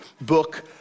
book